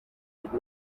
did